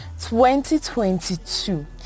2022